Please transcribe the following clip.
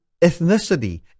ethnicity